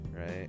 right